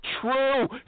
true